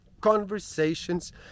Conversations